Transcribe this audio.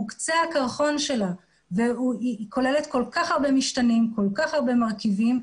הוא קצה הקרחון שלה והיא כוללת כל כך הרבה משתנים וכל כך הרבה מרכיבים.